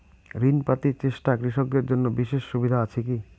ঋণ পাতি চেষ্টা কৃষকদের জন্য বিশেষ সুবিধা আছি কি?